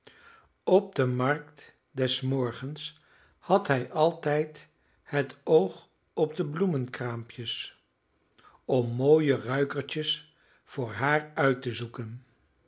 op de markt des morgens had hij altijd het oog op de bloemenkraampjes om mooie ruikertjes voor haar uit te zoeken